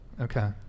Okay